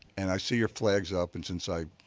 and i see your flag is up, and since i